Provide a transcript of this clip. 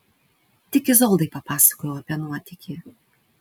tik izoldai papasakojau apie nuotykį